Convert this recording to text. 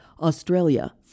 Australia